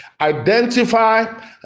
identify